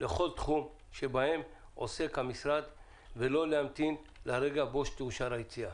לכל תחום שבו עוסק המשרד ולא להמתין לרגע שתאושר היציאה.